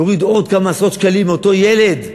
יורידו עוד כמה עשרות שקלים מאותו ילד רעב,